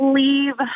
leave